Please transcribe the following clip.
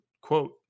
quote